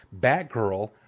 Batgirl